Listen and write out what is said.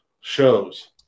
shows